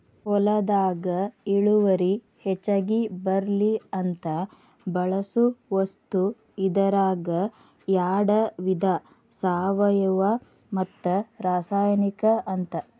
ಹೊಲದಾಗ ಇಳುವರಿ ಹೆಚಗಿ ಬರ್ಲಿ ಅಂತ ಬಳಸು ವಸ್ತು ಇದರಾಗ ಯಾಡ ವಿಧಾ ಸಾವಯುವ ಮತ್ತ ರಾಸಾಯನಿಕ ಅಂತ